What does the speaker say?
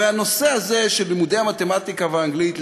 הרי הנושא הזה של לימודי המתמטיקה והאנגלית,